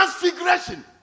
Transfiguration